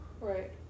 Right